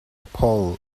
paul